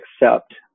accept